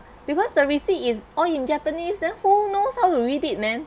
because the receipt is all in japanese then who knows how to read it man